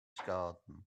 garden